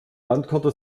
landkarte